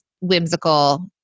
whimsical